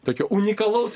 tokio unikalaus